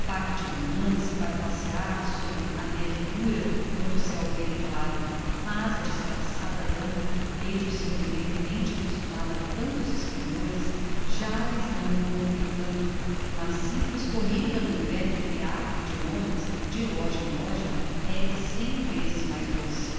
de romance para passeiar sobre a neve dura quando o ceu brilha claro mas a desgraçada dama desde o seu primeiro dente acostumada a tantos explendores já lhes não encontra encanto uma simples corrida n'um velho fiacre de londres de loja em loja é-lhe cem vezes mais doce